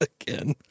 again